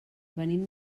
venim